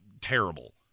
terrible